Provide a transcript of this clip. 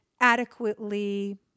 adequately